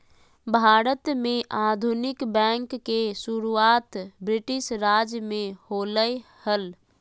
भारत में आधुनिक बैंक के शुरुआत ब्रिटिश राज में होलय हल